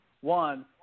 One